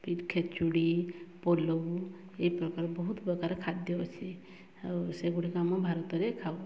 P ଖେଚୁଡ଼ି ପଲଉ ଏଇ ପ୍ରକାର ବହୁତ ପ୍ରକାର ଖାଦ୍ୟ ଅଛି ଆଉ ସେଗୁଡ଼ିକ ଆମ ଭାରତରେ ଖାଉ